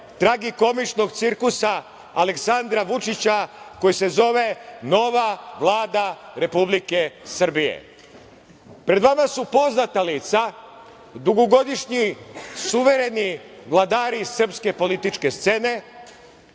tragikomičnog cirkusa Aleksandra Vučića koji se zove nova Vlada Republike Srbije. Pred vama su poznata lica, dugogodišnji, suvereni vladari srpske političke scene,